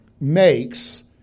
makes